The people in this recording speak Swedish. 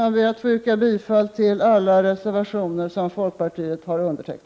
Jag ber att få yrka bifall till alla reservationer som folkpartiet står bakom.